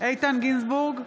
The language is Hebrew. איתן גינזבורג,